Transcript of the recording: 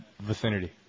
vicinity